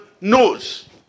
knows